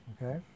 Okay